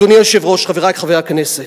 אדוני היושב-ראש, חברי חברי הכנסת,